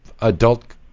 adult